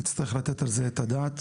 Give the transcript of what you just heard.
נצטרך לתת על זה את הדעת